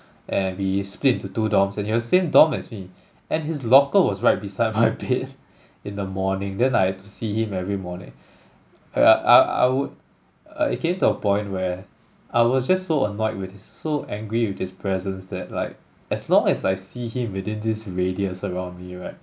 and we split into two dorms and he was same dorm as me and his locker was right beside my bed in the morning then I had to see him every morning I I I would uh it came to a point where I was just so annoyed with his so angry with his presence that like as long as I see him within this radius around me right